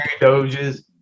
Doge's